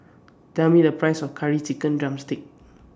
Tell Me The Price of Curry Chicken Drumstick